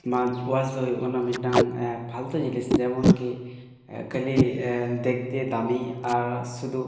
smart ᱚᱣᱟᱥᱫᱚ ᱦᱩᱭᱩᱜ ᱠᱟᱱᱟ ᱢᱤᱫᱴᱟᱝ ᱯᱷᱟᱞᱛᱩ ᱡᱤᱱᱤᱥ ᱡᱮᱱᱚᱢ ᱠᱤ ᱠᱷᱟᱹᱞᱤ ᱫᱮᱠᱷᱛᱮ ᱫᱟᱢᱤ ᱟᱨ ᱥᱩᱫᱩ